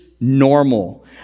normal